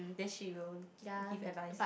then she will give advice